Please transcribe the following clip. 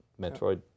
Metroid